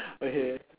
okay